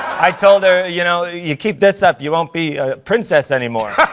i told her, you know, you keep this up, you won't be a princess anymore.